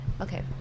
Okay